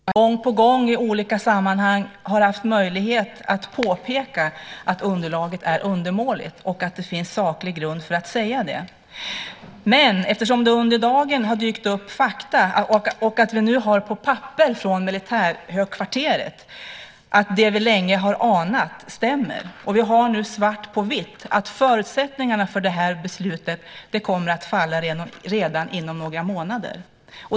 Herr talman! Jag hade inte tänkt gå upp ytterligare i den här frågan eftersom jag gång på gång i olika sammanhang har haft möjlighet att påpeka att underlaget är undermåligt och att det finns saklig grund för att säga det. Men under dagen har det dykt upp fakta och vi har nu papper från militärhögkvarteret på att det vi länge har anat stämmer. Vi har nu svart på vitt på att förutsättningarna för det här beslutet kommer att falla redan inom några månader.